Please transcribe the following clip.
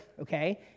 okay